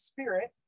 Spirit